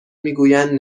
میگویند